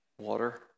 water